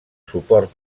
suport